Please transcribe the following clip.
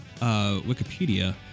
Wikipedia